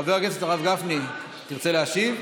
חבר הכנסת הרב גפני, תרצה להשיב?